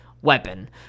Weapon